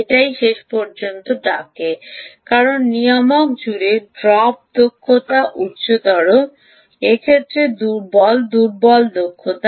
এটাই শেষ পর্যন্ত ডাকে কারণ নিয়ামক জুড়ে ড্রপ দক্ষতা উচ্চতর এছাড়াও দুর্বল দুর্বল দক্ষতা